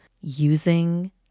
Using